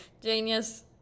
Genius